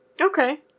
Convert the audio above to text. Okay